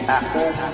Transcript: Apple